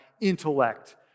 intellect